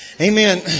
Amen